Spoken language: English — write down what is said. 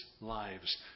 lives